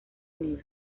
unido